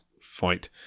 fight